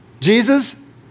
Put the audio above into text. Jesus